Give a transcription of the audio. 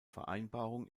vereinbarung